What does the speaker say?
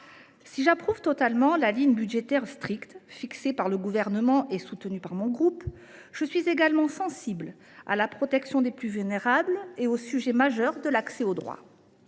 Si j’approuve totalement la ligne budgétaire stricte, fixée par le Gouvernement et soutenue par mon groupe, je suis également sensible à la protection des plus vulnérables et à la question cruciale de l’accès aux droits.